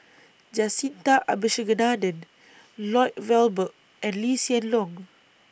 Jacintha Abisheganaden Lloyd Valberg and Lee Hsien Loong